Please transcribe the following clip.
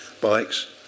bikes